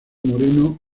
moreno